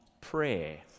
prayer